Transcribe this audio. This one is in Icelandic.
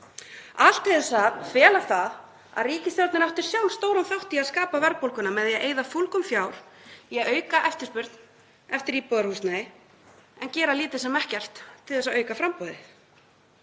til þess að fela það að ríkisstjórnin átti sjálf stóran þátt í að skapa verðbólguna með því að eyða fúlgum fjár í að auka eftirspurn eftir íbúðarhúsnæði en gera lítið sem ekkert til að auka framboðið.